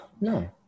no